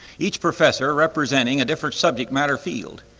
each professor representing a different subject-matter field.